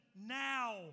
now